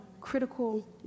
critical